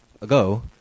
ago